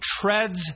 treads